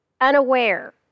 unaware